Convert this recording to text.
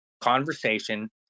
conversation